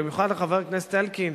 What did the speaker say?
במיוחד לחבר הכנסת אלקין,